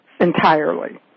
entirely